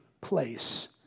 place